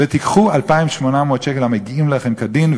ותיקחו 2,800 שקל המגיעים לכם כדין,